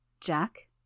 Jack